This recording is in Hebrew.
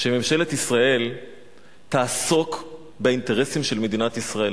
שממשלת ישראל תעסוק באינטרסים של מדינת ישראל.